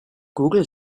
google